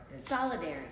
solidarity